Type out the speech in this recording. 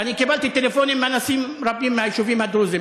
אני קיבלתי טלפונים מאנשים רבים מהיישובים הדרוזיים,